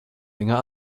länger